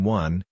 one